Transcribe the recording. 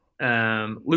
Luke